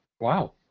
Wow